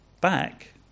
back